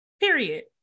period